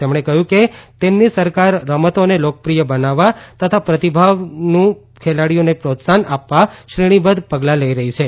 તેમણે કહ્યું કે તેમની સરકાર રમતોને લોકપ્રિય બનાવવા તથા પ્રતિભાવનું ખેલાડીઓને પ્રોત્સાહન આપવા શ્રેણીબધ્ધ પગલા લઇ રહી છે